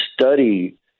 study